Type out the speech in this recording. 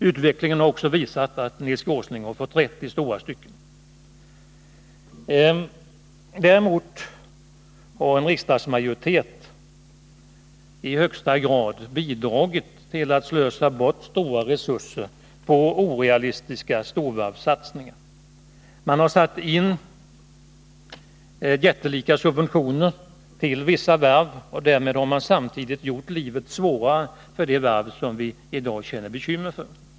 Utvecklingen har också visat att Nils G. Åsling fått rätt i stora stycken. Däremot har en riksdagsmajoritet i högsta grad bidragit till att slösa bort stora resurser på orealistiska storvarvssatsningar. Man har satt in jättelika subventioner till vissa varv, och därmed har man samtidigt gjort livet svårare för det varv som vi i dag har bekymmer för.